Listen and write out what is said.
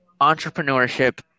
entrepreneurship